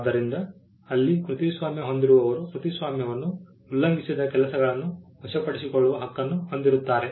ಆದ್ದರಿಂದ ಅಲ್ಲಿ ಕೃತಿಸ್ವಾಮ್ಯ ಹೊಂದಿರುವವರು ಕೃತಿಸ್ವಾಮ್ಯವನ್ನು ಉಲ್ಲಂಘಿಸಿದ ಕೆಲಸಗಳನ್ನು ವಶಪಡಿಸಿಕೊಳ್ಳುವ ಹಕ್ಕನ್ನು ಹೊಂದಿರುತ್ತಾರೆ